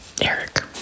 Eric